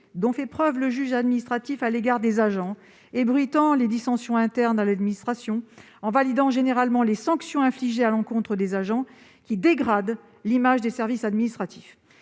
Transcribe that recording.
la sévérité du juge administratif à l'égard des agents ébruitant les dissensions internes à l'administration : elle valide généralement les sanctions infligées à l'encontre des agents qui dégradent l'image des services administratifs.